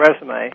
resume